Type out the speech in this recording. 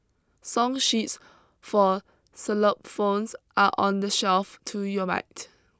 song sheets for xylophones are on the shelf to your right